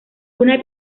una